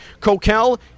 Coquel